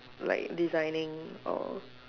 like designing or